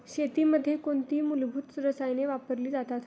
शेतीमध्ये कोणती मूलभूत रसायने वापरली जातात?